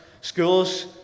schools